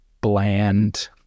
bland